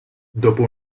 dopo